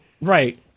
Right